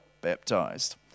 baptized